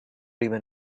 even